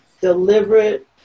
deliberate